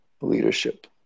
leadership